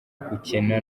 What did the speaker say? gukena